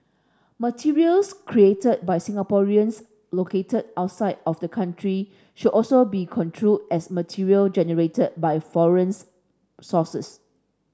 materials created by Singaporeans located outside of the country should also be construed as material generated by foreign's sources